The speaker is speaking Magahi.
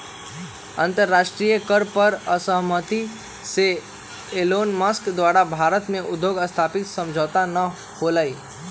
अंतरराष्ट्रीय कर पर असहमति से एलोनमस्क द्वारा भारत में उद्योग स्थापना समझौता न होलय